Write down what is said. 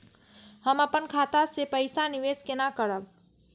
हम अपन खाता से पैसा निवेश केना करब?